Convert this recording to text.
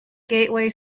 gateway